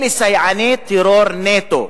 אלה סייעני טרור נטו.